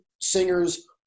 singers